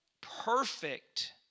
perfect